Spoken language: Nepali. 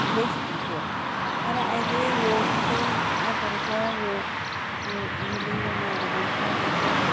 वेस्ट हुन्थ्यो तर अहिले यो जुन चाहिँ एपहरू छ यो यो हामीले योनोहरू भन्छ जुन चाहिँ